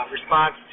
response